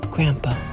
Grandpa